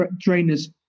trainers